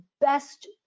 best